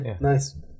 Nice